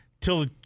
till